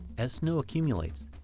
as snow accumulates,